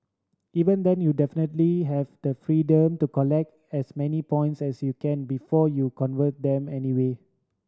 even then you definitely have the freedom to collect as many points as you can before you convert them anyway